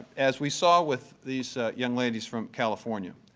as we saw with these young ladies from california,